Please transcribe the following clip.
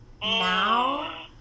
Now